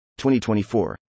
2024